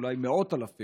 אולי מאות אלפים